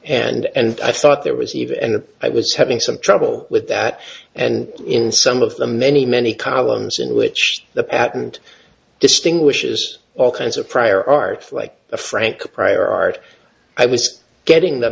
and i thought there was eve and i was having some trouble with that and in some of the many many columns in which the patent distinguishes all kinds of prior art like frank prior art i was getting the